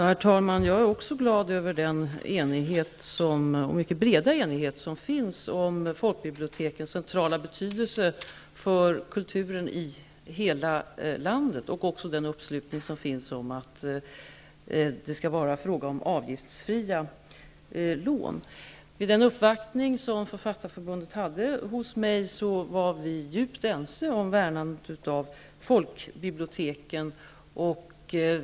Herr talman! Jag är också glad över den mycket breda enighet som finns om folkbibliotekens centrala betydelse för kulturen i hela landet och över den uppslutning som finns kring att det skall vara avgiftsfria lån. Vid den uppvaktning som Författarförbundet gjorde hos mig var vi djupt ense om värnandet av folkbiblioteken.